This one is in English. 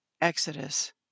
exodus